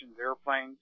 airplanes